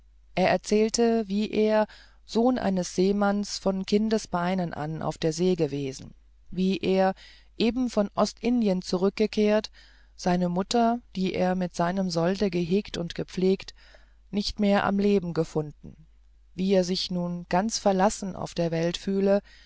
er erzählte wie er sohn eines seemanns von kindesbeinen an auf der see gewesen wie er eben von ostindien zurückgekehrt seine mutter die er mit seinem solde gehegt und gepflegt nicht mehr am leben gefunden wie er sich nun ganz verlassen auf der welt fühle